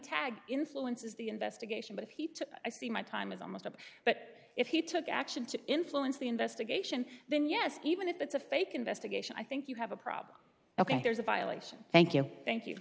tag influences the investigation but he took i see my time is almost up but if he took action to influence the investigation then yes even if it's a fake investigation i think you have a problem ok there's a violation thank you thank you